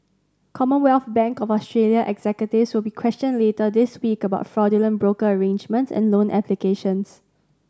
Commonwealth Bank of Australia executives will be questioned later this week about fraudulent broker arrangements and loan applications